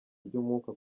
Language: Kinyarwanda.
ry’umwuka